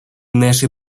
наши